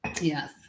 Yes